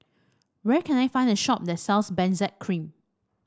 where can I find a shop that sells Benzac Cream